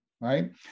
Right